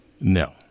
No